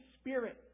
Spirit